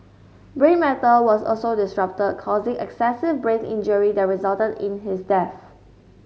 brain matter was also disrupted causing excessive brain injury that resulted in his death